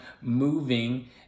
moving